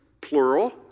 plural